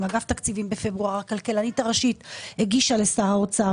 אגף התקציבים בפברואר; הכלכלנית הראשית הגישה לשר האוצר.